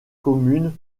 commune